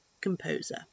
composer